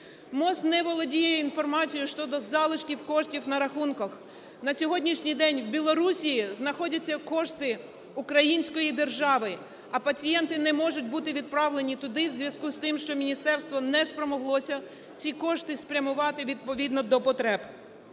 МОЗ не володіє інформацією щодо залишків коштів на рахунках. На сьогоднішній день в Білорусії знаходяться кошти української держави, а пацієнти не можуть бути відправлені туди в зв'язку із тим, що міністерство не спромоглося ці кошти спрямувати, відповідно до потреб.